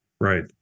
Right